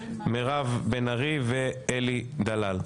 מירב בין ארי ואלי דלל.